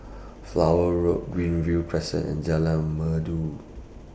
Flower Road Greenview Crescent and Jalan Merdu